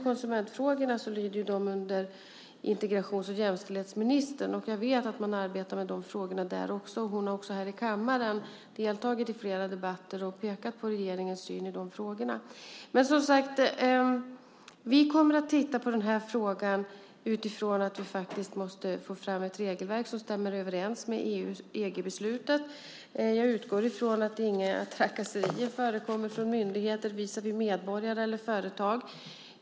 Konsumentfrågorna lyder under integrations och jämställdhetsministern. Jag vet att man arbetar med de frågorna där, och ministern har också här i kammaren deltagit i flera debatter och pekat på regeringens syn i de frågorna. Vi kommer att titta på frågan utifrån det faktum att vi måste få fram ett regelverk som stämmer överens med EG-beslutet. Jag utgår ifrån att inga trakasserier förekommer från myndigheter visavi medborgare eller företag.